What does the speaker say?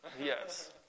Yes